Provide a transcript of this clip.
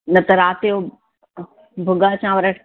न त राति जो भूॻा चांवर